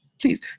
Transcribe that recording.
please